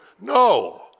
no